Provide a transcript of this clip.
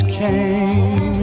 came